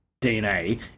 DNA